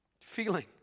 feeling